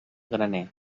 graner